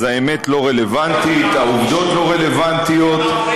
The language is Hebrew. אז האמת לא רלוונטית, העובדות לא רלוונטיות, אתה,